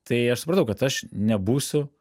tai aš supratau kad aš nebūsiu